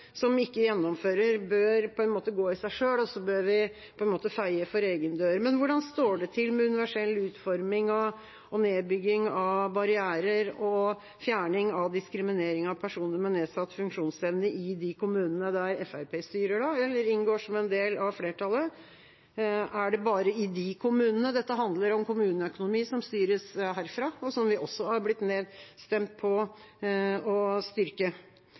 som ikke gjennomfører, bør på en måte gå i seg selv, og så bør man på en måte feie for egen dør. Men hvordan står det til med universell utforming, nedbygging av barrierer og å fjerne diskriminering av personer med nedsatt funksjonsevne i de kommunene Fremskrittspartiet styrer eller inngår som en del av flertallet? Er det bare i de kommunene? Dette handler om kommuneøkonomi, som styres herfra, og som vi også har blitt nedstemt på å styrke.